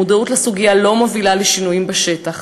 המודעות לסוגיה לא מובילה לשינויים בשטח.